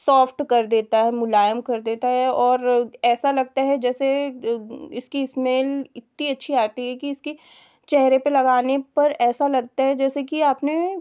soft कर देता है मुलायम कर देता है और ऐसा लगता है जैसे इसकी स्मेल इतनी अच्छी आती है कि इसके चेहरे पर लगाने पर ऐसा लगता है जैसे कि आपने